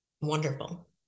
wonderful